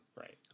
Right